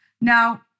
Now